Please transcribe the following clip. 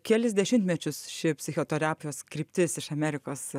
kelis dešimtmečius ši psichoterapijos kryptis iš amerikos